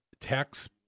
Tax